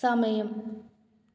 സമയം